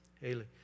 Haley